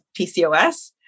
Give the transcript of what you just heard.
PCOS